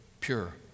pure